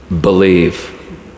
believe